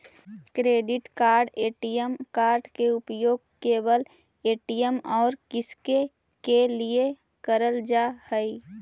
Credit card ATM card के उपयोग केवल ए.टी.एम और किसके के लिए करल जा है?